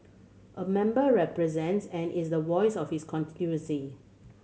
a member represents and is the voice of his constituency